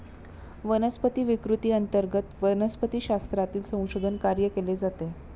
वनस्पती विकृती अंतर्गत वनस्पतिशास्त्रातील संशोधन कार्य केले जाते